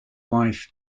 wife